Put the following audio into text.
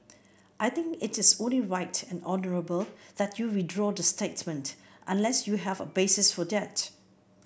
I think it is only right and honourable that you withdraw the statement unless you have a basis for that